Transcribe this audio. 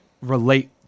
relate